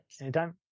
anytime